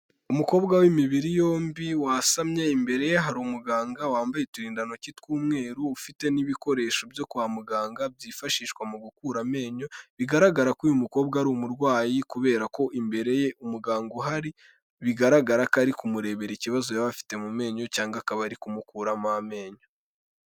Umukobwa w'imibiri yombi wasamye, imbere ye hari umuganga wambaye uturindantoki tw'umweru, ufite n'ibikoresho byo kwa muganga byifashishwa mu gukura amenyo, bigaragara ko uyu mukobwa ari umurwayi, kubera ko imbere ye umuganga uhari, bigaragara ko ari kumurebera ikibazo yaba afite mu menyo cyangwa akaba ari kumukuramo amenyo.